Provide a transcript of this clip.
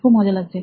খুব মজা লাগছে